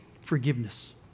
forgiveness